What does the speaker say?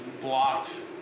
blocked